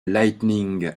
lightning